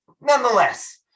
nonetheless